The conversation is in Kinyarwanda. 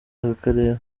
akarere